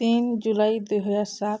ତିନ୍ ଜୁଲାଇ ଦୁଇହଜାର ସାତ୍